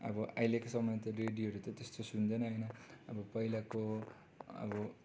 अब अहिलेको समयमा त रेडियोहरू त त्यस्तो सुन्दैन होइन अब पहिलाको अब